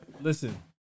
listen